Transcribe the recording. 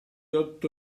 otto